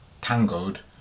tangled